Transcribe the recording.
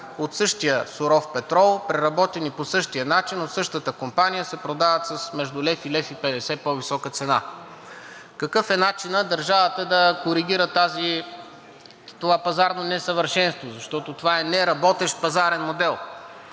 от същия суров петрол, преработени по същия начин от същата компания, се продават с между 1,00 лв. и 1,50 лв. по-висока цена. Какъв е начинът държавата да коригира това пазарно несъвършенство, защото това е неработещ пазарен модел?